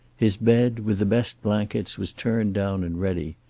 his bed, with the best blankets, was turned down and ready.